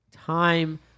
time